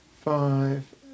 five